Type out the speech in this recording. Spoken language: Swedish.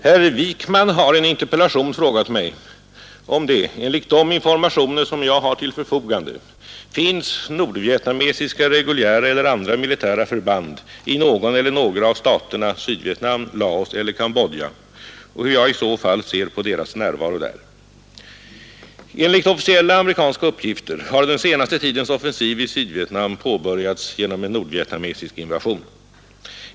Herr talman! Herr Wijkman har i en interpellation frågat mig om det, enligt de informationer som jag har till förfogande, finns nordvietnamesiska reguljära eller andra militära förband i någon eller några av staterna Sydvietnam, Laos eller Cambodja och hur jag i så fall ser på deras närvaro där. Enligt officiella amerikanska uppgifter har den senaste tidens offensiv i Sydvietnam påbörjats genom en nordvietnamesisk invasion.